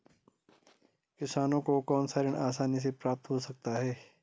किसानों को कौनसा ऋण आसानी से प्राप्त हो सकता है?